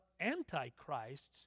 antichrists